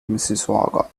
mississauga